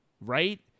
right